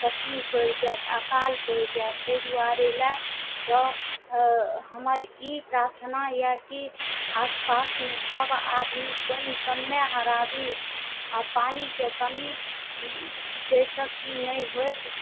कठिन पड़ि जायत अकाल पड़ि जायत तै दुआरे लए सँ हमर ई प्रार्थना यऽ कि आसपासमे सब आदमी पानि कम्मे हराबी आओर पानिके कमी जइसँ कि नहि होइत